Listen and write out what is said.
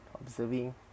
observing